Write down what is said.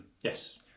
Yes